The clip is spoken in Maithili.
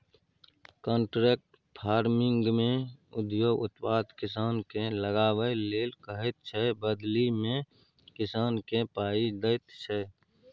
कांट्रेक्ट फार्मिंगमे उद्योग उत्पाद किसानकेँ लगाबै लेल कहैत छै बदलीमे किसानकेँ पाइ दैत छै